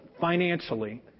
financially